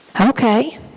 Okay